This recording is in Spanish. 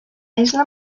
isla